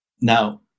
Now